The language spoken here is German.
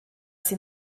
sie